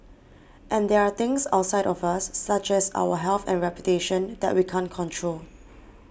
and there are things outside of us such as our health and reputation that we can't control